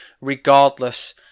regardless